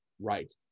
right